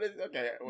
Okay